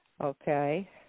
okay